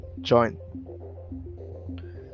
join